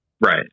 Right